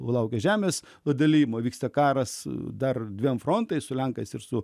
laukia žemės padalijimo vyksta karas dar dviem frontais su lenkais ir su